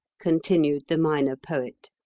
continued the minor poet.